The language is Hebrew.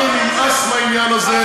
לנו נמאס מהעניין הזה,